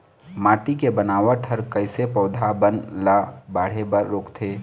माटी के बनावट हर कइसे पौधा बन ला बाढ़े बर रोकथे?